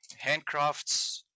handcrafts